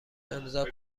امضاء